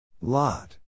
Lot